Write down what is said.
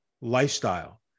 lifestyle